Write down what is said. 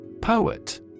Poet